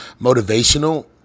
motivational